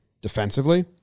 defensively